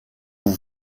vous